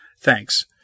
Thanks